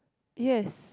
yes